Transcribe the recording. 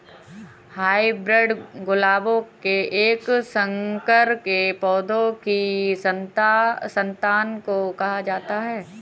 hybrid गुलाबों के एक संकर के पौधों की संतान को कहा जाता है